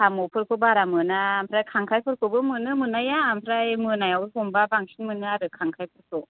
साम'फोरखौ बारा मोना ओमफ्राय खांख्रायफोरखौबो मोनो मोननाया ओमफ्राय मोनायाव हमब्ला बांसिन मोनो आरो खांख्रायफोरखो